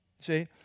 See